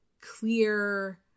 clear